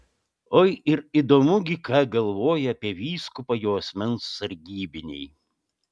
oi ir įdomu gi ką galvoja apie vyskupą jo asmens sargybiniai